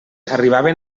arribaven